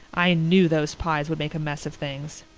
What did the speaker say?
i knew those pyes would make a mess of things.